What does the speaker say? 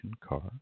car